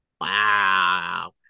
Wow